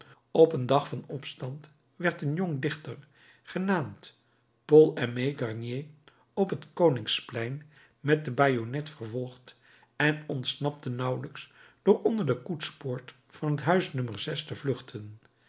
op een dag van opstand werd een jong dichter genaamd paul aimé garnier op het koningsplein met de bajonnet vervolgd en ontsnapte nauwelijks door onder de koetspoort van het huis no te vluchten